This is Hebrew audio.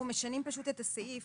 אנחנו משנים את הסעיף